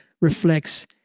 reflects